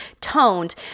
toned